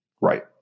right